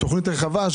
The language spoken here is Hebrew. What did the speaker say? תוכנית רחבה.